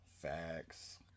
Facts